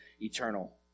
eternal